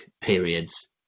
periods